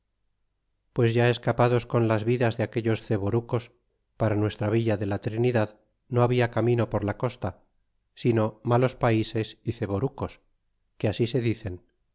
pues ya escapados con las vidas de aquellos ceborucos para nuestra villa de la trinidad no habia camino por la costa sino malos paises y ceborucos que así se dicen